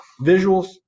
visuals